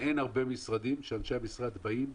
שאין הרבה משרדים שבהם אנשי המשרד באים,